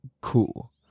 cool